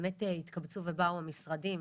באמת התקבצו ובאו המשרדים,